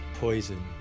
poison